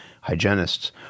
hygienists